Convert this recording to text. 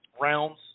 rounds